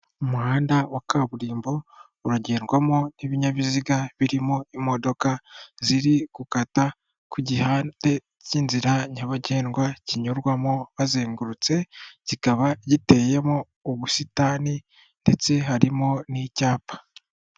Umuhanda wa kaburimbo uragendwamo n'ibinyabiziga birimo imodoka ziri gukata ku cy'inzira nyabagendwa kinyurwamo bazengurutse kikaba giteyemo ubusitani ndetse harimo n'icyapa.